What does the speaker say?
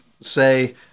say